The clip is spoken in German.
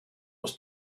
aus